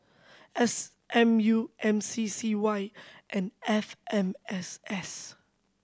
S M U M C C Y and F M S S